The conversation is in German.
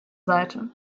seite